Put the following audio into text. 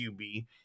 QB